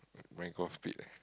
my golf pit eh